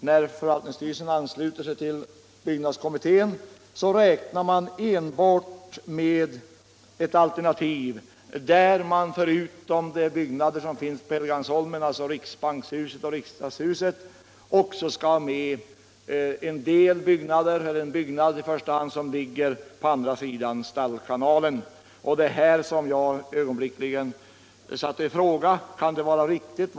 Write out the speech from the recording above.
När förvaltningsstyrelsen ansluter sig till byggnadskommittén räknar man enbart med det alternativ enligt vilket förutom de byggnader som finns på Helgeandsholmen, dvs. riksbankshuset och riksdagshuset, en byggnad på andra sidan Stallkanalen skall tas med. Jag ifrågasatte ögonblickligen om detta kunde vara riktigt.